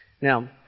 Now